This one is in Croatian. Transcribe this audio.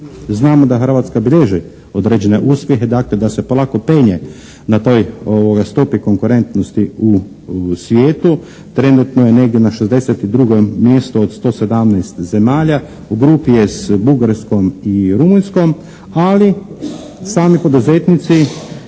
znamo da Hrvatska bilježi određene uspjehe, dakle da se polako penje na toj stopi konkurentnosti u svijetu. Trenutno je negdje na 62. mjestu od 117 zemalja. U grupi je s Bugarskom i Rumunjskom, ali sami poduzetnici